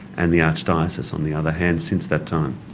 and the archdiocese on the other hand since that time.